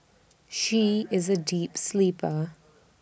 she is A deep sleeper